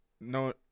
No